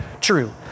true